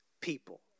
people